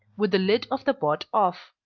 with the lid of the pot off.